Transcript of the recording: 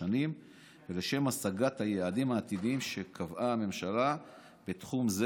השנים ובהשגת היעדים העתידיים שקבעה הממשלה בתחום זה